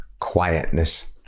quietness